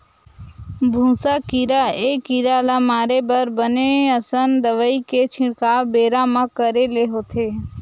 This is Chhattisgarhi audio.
भूसा कीरा ए कीरा ल मारे बर बने असन दवई के छिड़काव बेरा म करे ले होथे